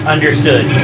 Understood